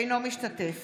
אינו משתתף